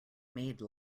made